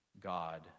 God